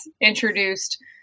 introduced